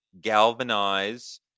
galvanize